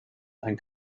and